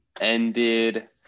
ended